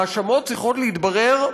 ההאשמות צריכות להתברר,